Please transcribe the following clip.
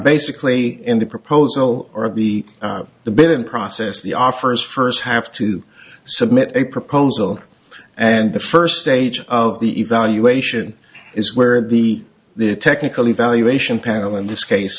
basically in the proposal or be the bidding process the offer is first have to submit a proposal and the first stage of the evaluation is where the the a technical evaluation panel in this case